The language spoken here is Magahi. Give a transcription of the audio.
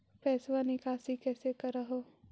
पैसवा निकासी कैसे कर हो?